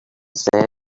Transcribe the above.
said